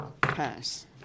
Pass